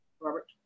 Robert